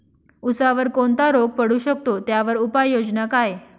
ऊसावर कोणता रोग पडू शकतो, त्यावर उपाययोजना काय?